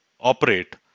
operate